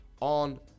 on